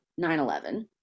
9-11